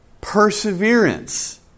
perseverance